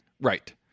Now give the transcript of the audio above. right